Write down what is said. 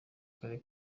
karere